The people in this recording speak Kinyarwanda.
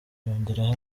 yongeraho